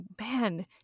man